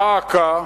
דא עקא,